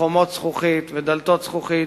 וחומות זכוכית ודלתות זכוכית,